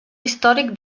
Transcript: històric